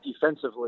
defensively